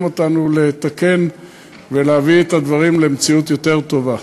אותנו לתקן ולהביא את הדברים למציאות יותר טובה.